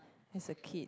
as a kid